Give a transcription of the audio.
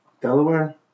Delaware